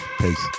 Peace